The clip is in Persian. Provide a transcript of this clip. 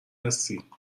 هستی